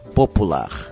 popular